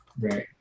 right